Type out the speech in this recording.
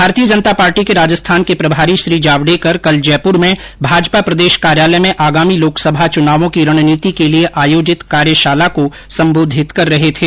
भारतीय जनता पार्टी भाजपा के राजस्थान के प्रभारी श्री जावडेकर कल जयपुर में भाजपा प्रदेश कार्यालय में आगामी लोकसभा चुनावों की रणनीति के लिए आयोजित कार्यशाला को संबोधित कर रहे थे